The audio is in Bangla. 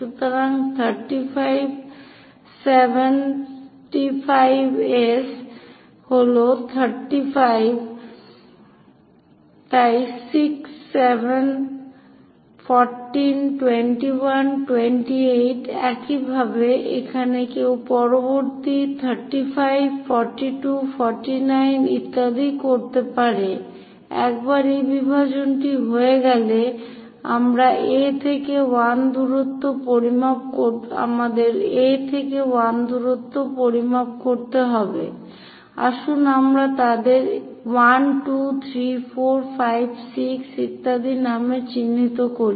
সুতরাং 35 7 5s হল 35 তাই 6 7 14 21 28 একইভাবে এখানে কেউ পরবর্তী 35 42 49 ইত্যাদি করতে পারে একবার এই বিভাজনটি হয়ে গেলে আমাদের A থেকে 1 দূরত্ব পরিমাপ করতে হবে আসুন আমরা তাদের 1 2 3 4 5 6 ইত্যাদি নামে চিহ্নিত করি